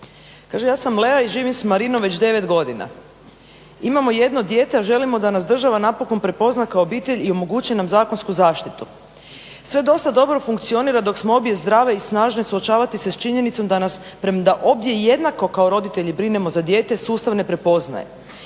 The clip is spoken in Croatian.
ja sam Lea i živim sa Marinom već 9 godina. Imamo jedno dijete, a želimo da nas država napokon prepoznaje kao obitelj i omogući nam zakonsku zaštitu. Sve dosta dobro funkcionira dok smo obje zdrave i snažne suočavati se s činjenicom da nas, premda obje jednako kao roditelji brinemo za dijete, sustav ne prepoznaje.